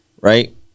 right